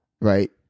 right